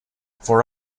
for